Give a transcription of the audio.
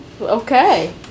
Okay